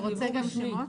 אתה רוצה גם שמות?